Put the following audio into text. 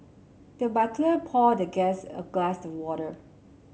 the butler poured the guest a glass of water